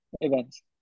events